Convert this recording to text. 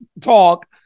talk